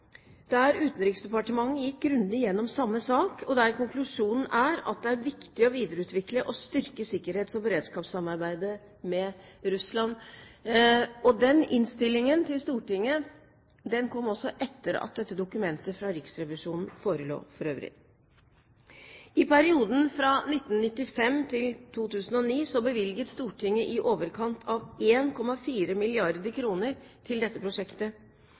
der Utenriksdepartementet gikk grundig igjennom samme sak, og der konklusjonen var at det er viktig å videreutvikle og styrke sikkerhets- og beredskapssamarbeidet med Russland. Denne innstillingen til Stortinget kom for øvrig også etter at dette dokumentet fra Riksrevisjonen forelå. I perioden 1995–2009 bevilget Stortinget i overkant av 1,4 mrd. kr til dette prosjektet.